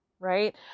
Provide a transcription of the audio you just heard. Right